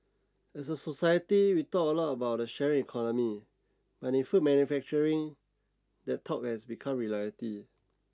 as a society we talk a lot about the sharing economy but in food manufacturing that talk has become reality